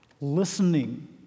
listening